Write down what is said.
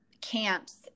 camps